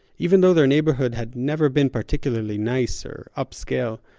even though their neighborhood had never been particularly nice or upscale,